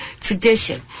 tradition